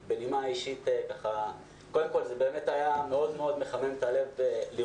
בנימה אישית אני יכול להגיד שזה היה באמת מחמם את הלב מאוד לראות